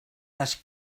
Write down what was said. les